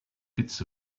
bits